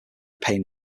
paying